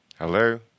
Hello